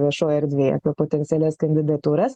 viešojoj erdvėje apie potencialias kandidatūras